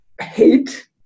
hate